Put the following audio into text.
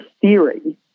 theory